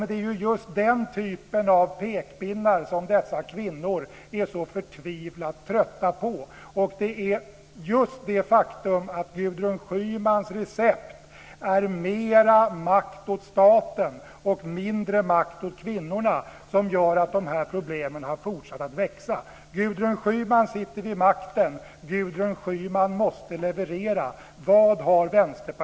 Det är just den typen av pekpinnar som dessa kvinnor är så förtvivlat trötta på, och det är just det faktum att Gudrun Schymans recept är mer makt åt staten och mindre makt åt kvinnorna som gör att de här problemen har fortsatt att växa. Gudrun Schyman sitter vid makten. Gudrun Schyman måste leverera.